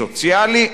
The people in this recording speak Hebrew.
סוציאלי,